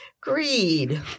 greed